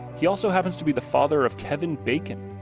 he also happens to be the father of kevin bacon.